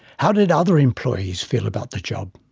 how did other employees feel about the job?